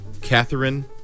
Catherine